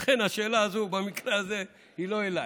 לכן, השאלה הזאת, במקרה הזה היא לא אליי.